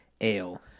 Ale